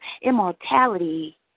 immortality